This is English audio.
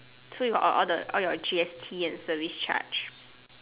so you got all the all your G_S_T and service charge